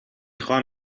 خوام